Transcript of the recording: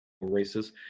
races